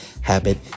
habit